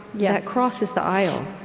yeah crosses the aisle.